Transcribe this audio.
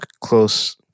Close